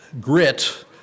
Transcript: grit